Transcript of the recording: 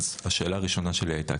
השאלה הראשונה שלי הייתה,